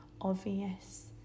obvious